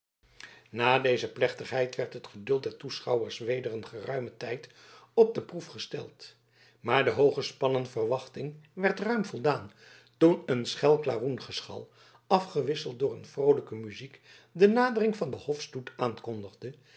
na deze plechtigheid werd het geduld der toeschouwers weder een geruimen tijd op de proef gesteld maar de hooggespannen verwachting werd ruim voldaan toen een schel klaroengeschal afgewisseld door een vroolijke muziek de nadering van den hofstoet aankondigde